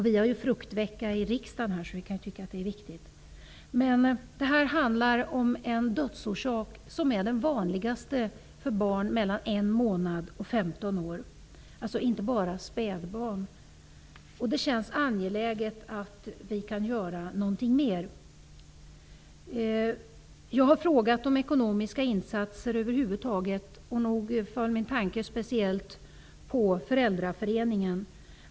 Vi har nu fruktvecka på riksdagen, så vi kan tycka att det är viktigt. Det handlar här dock om den dödsorsak som är den vanligaste för barn mellan en månad och 15 år. Det handlar således inte bara om spädbarn. Det känns angeläget för oss att göra något mer. Jag har frågat om ekonomiska insatser över huvud taget. Nog föll min tanke speciellt på Föräldraföreningen.